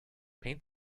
paint